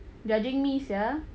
judging me sia